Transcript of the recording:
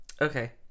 Okay